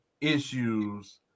issues